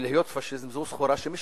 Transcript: ולהיות פאשיסט, זו סחורה שמשתלמת.